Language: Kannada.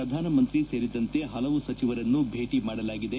ಪ್ರಧಾನಮಂತ್ರಿ ಸೇರಿದಂತೆ ಹಲವು ಸಚಿವರನ್ನು ಭೇಟಿ ಮಾಡಲಾಗಿದೆ